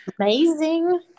amazing